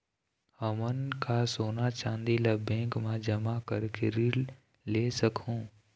हमन का सोना चांदी ला बैंक मा जमा करके ऋण ले सकहूं?